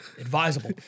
advisable